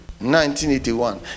1981